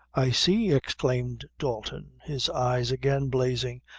i see! exclaimed dalton, his eyes again blazing,